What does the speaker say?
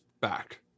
back